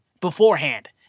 beforehand